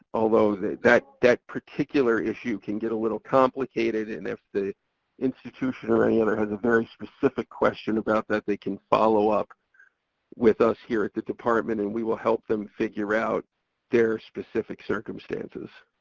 although that that particular issue can get a little complicated. and if the institution or any other has a very specific question about that they can follow up with us here at the department, and we will help them figure out their specific circumstances.